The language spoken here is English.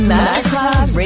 Masterclass